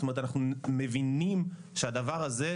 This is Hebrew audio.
זאת אומרת אנחנו מבינים שהדבר הזה הוא